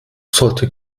sollte